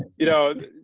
you know,